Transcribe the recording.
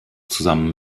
zusammen